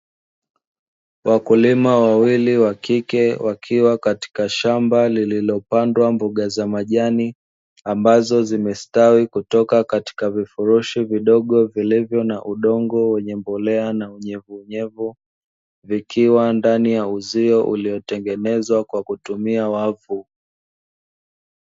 Wakulima wawili wa kike wakiwa katika shamba lililopandwa mboga za majani, ambazo zimestawi kutoka katika vifurushi vidogo vilivyo na udongo wenye mbolea na unyevunyevu vikiwa ndani ya uzio uliotengenezwa kwa kutumia wavu.